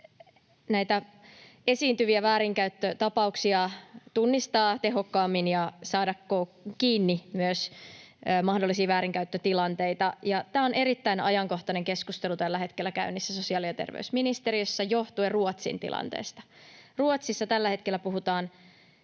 näitä esiintyviä väärinkäyttötapauksia tunnistaa tehokkaammin ja saada kiinni myös mahdollisia väärinkäyttötilanteita. Tämä on erittäin ajankohtainen keskustelu tällä hetkellä käynnissä sosiaali- ja terveysministeriössä johtuen Ruotsin tilanteesta. Ruotsissa tällä hetkellä on